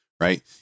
right